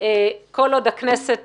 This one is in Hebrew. כל עוד הכנסת